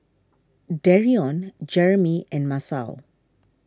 Dereon Jeromy and Masao